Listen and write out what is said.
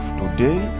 today